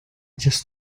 just